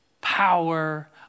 power